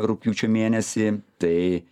rugpjūčio mėnesį tai